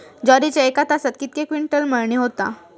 ज्वारीची एका तासात कितके क्विंटल मळणी होता?